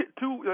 two